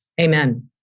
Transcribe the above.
Amen